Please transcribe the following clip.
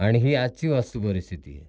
आणि ही आजची वास्तु परिस्थिती ए